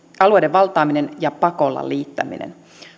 alueiden valtaaminen ja pakolla liittäminen